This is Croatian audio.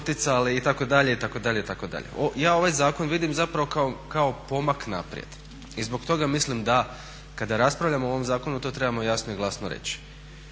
poticali itd., itd. Ja ovaj zakon vidim zapravo kao pomak naprijed. I zbog toga mislim da kada raspravljamo o ovom zakonu to trebamo jasno i glasno reći.